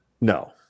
No